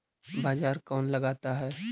बाजार कौन लगाता है?